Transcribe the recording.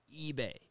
eBay